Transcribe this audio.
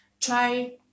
try